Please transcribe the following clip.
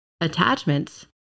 attachments